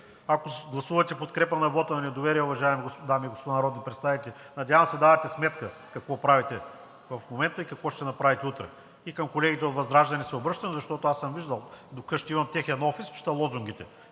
ако гласувате подкрепа на вота на недоверие, уважаеми дами и господа народни представители. Надявам се, давате си сметка какво правите в момента и какво ще направите утре. И към колегите от ВЪЗРАЖДАНЕ се обръщам, защото съм виждал, до вкъщи имам техен офис, чета лозунгите.